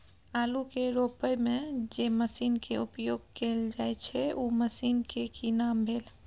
आलू के रोपय में जे मसीन के उपयोग कैल जाय छै उ मसीन के की नाम भेल?